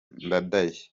ndadaye